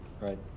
right